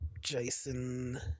Jason